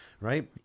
right